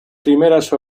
primeras